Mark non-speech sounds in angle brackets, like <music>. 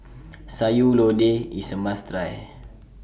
<noise> Sayur Lodeh IS A must Try